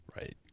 Right